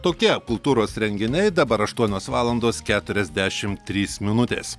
tokie kultūros renginiai dabar aštuonios valandos keturiasdešim trys minutės